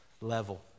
level